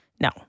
no